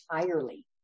entirely